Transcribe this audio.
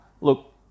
Look